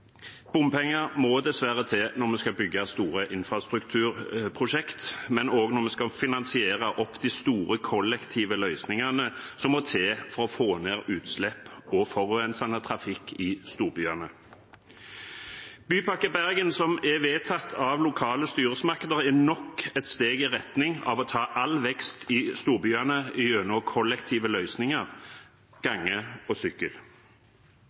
bompenger må dessverre til når vi skal bygge store infrastrukturprosjekter, men også når vi skal finansiere de store kollektive løsningene som må til for å få ned utslipp og forurensende trafikk i storbyene. Bypakke Bergen, som er vedtatt av lokale styresmakter, er nok et steg i retning av å ta all vekst i storbyene gjennom kollektive løsninger, gange og sykkel.